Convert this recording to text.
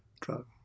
drug